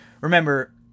Remember